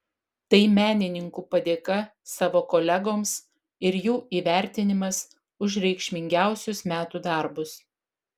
tai menininkų padėka savo kolegoms ir jų įvertinimas už reikšmingiausius metų darbus